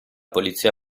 polizia